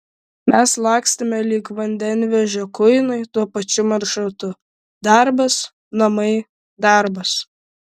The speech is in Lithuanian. mes lakstėme lyg vandenvežio kuinai tuo pačiu maršrutu darbas namai darbas